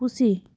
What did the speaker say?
ᱯᱩᱥᱤ